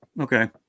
Okay